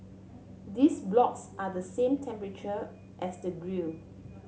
these blocks are the same temperature as the grill